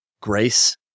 grace